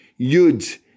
Yud